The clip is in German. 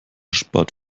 spart